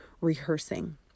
rehearsing